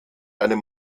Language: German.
einem